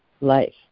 life